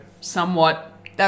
somewhat